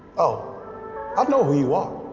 oh, i know who you are.